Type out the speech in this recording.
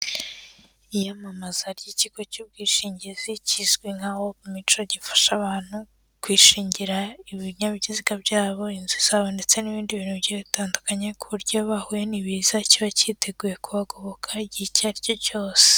Iyamamaza ry'ikigo cy'ubwishingizi kizwi nka Old Mutual, gifasha abantu kwishingira ibinyabiziga byabo, inzu zabo ndetse n'ibindi bintu bigiye bitandukanye, ku buryo iyo bahuye n'ibiza kiba cyiteguye kuhagoboka igihe icyo aricyo cyose.